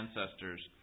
ancestors